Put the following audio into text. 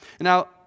now